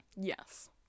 Yes